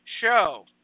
show